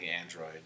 android